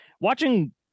Watching